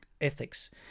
ethics